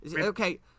Okay